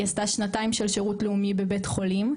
עשתה שנתיים של שירות לאומי בבית חולים,